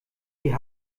die